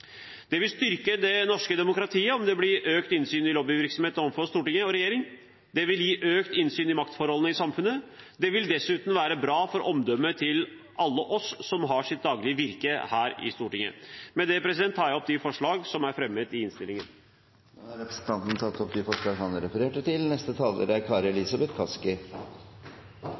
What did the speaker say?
Det vil styrke det norske demokratiet om det blir økt innsyn i lobbyvirksomheten overfor Stortinget og regjeringen. Det vil gi økt innsyn i maktforholdene i samfunnet. Det vil dessuten være bra for omdømmet til alle oss som har vårt daglige virke her i Stortinget. Med det tar jeg opp de forslag som jeg har fremmet i innstillingen. Representanten har tatt opp de forslagene han refererte til.